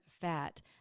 fat